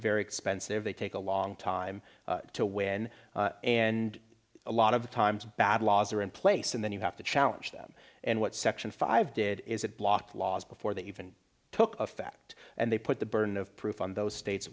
very expensive they take a long time to win and a lot of times bad laws are in place and then you have to challenge them and what section five did is it blocked laws before they even took effect and they put the burden of proof on those states